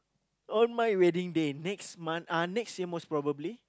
on my wedding day next month uh next year most probably